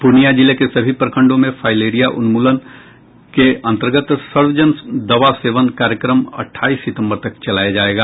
पूर्णिया जिले के सभी प्रखंडों में फाइलेरिया उन्मूलन अभियान के अंतर्गत सर्वजन दवा सेवन कार्यक्रम अट्ठाईस सितंबर तक चलाया जायेगा